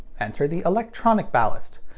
enter the electronic ballast.